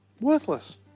Worthless